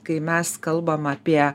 kai mes kalbam apie